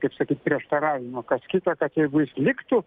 kaip sakyt prieštaravimų kas kita kad jeigu jis liktų